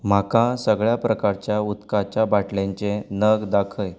म्हाका सगळ्या प्रकारच्या उदकाच्या बाटलेंचे नग दाखय